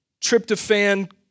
tryptophan